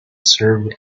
serve